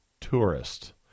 tourist